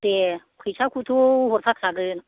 दे फैसाखौथ' हरफाखागोन